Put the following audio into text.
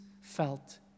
felt